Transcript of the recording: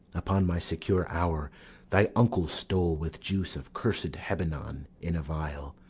upon my secure hour thy uncle stole, with juice of cursed hebenon in a vial,